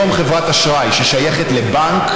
היום חברת אשראי ששייכת לבנק,